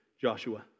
Joshua